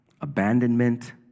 abandonment